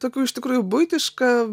tokių iš tikrųjų buitiška